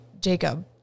Jacob